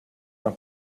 gran